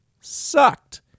sucked